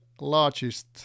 largest